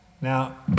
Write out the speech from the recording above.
Now